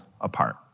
apart